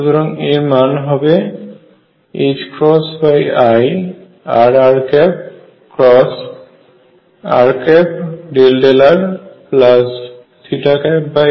সুতরাং এর মান হবে i rrr∂r1r∂θ1rsinθ∂ϕ